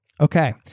Okay